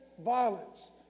violence